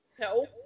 No